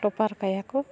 ᱴᱚᱯᱟᱨ ᱠᱟᱭᱟ ᱠᱚ